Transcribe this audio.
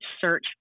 search